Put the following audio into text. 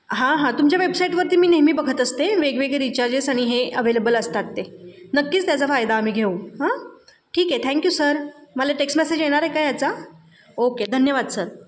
हां हां तुमच्या वेबसाईटवरती मी नेहमी बघत असते वेगवेगळे रिचार्जेस आणि हे अवेलेबल असतात ते नक्कीच त्याचा फायदा आम्ही घेऊ हां ठीक आहे थँक्यू सर मला टेक्स्ट मेसेज येणार आहे का याचा ओके धन्यवाद सर